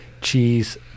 cheese